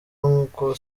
nk’uko